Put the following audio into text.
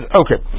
okay